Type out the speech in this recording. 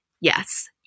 Yes